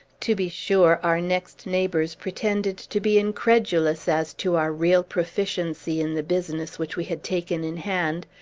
to be sure, our next neighbors pretended to be incredulous as to our real proficiency in the business which we had taken in hand.